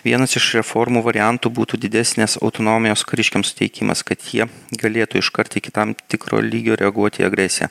vienas iš reformų variantų būtų didesnės autonomijos kariškiam suteikimas kad jie galėtų iškart iki tam tikro lygio reaguoti į agresiją